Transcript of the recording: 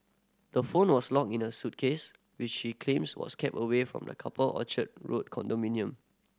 the phone was locked in her suitcase which she claims was kept away from the couple Orchard Road condominium